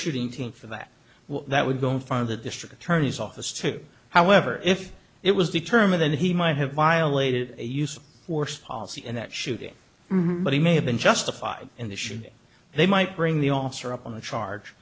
shooting team for that that would go in front of the district attorney's office too however if it was determined that he might have violated a use of force policy in that shooting but he may have been justified in the shooting they might bring the officer up on a charge